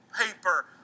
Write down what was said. paper